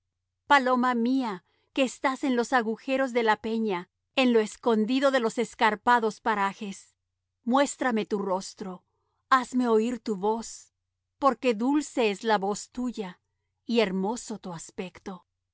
paloma mía que estás en los agujeros de la peña en lo escondido de escarpados parajes muéstrame tu rostro hazme oir tu voz porque dulce es la voz tuya y hermoso tu aspecto